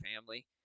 family